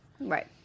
Right